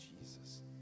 Jesus